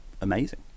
amazing